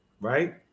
right